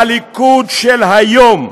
הליכוד של היום.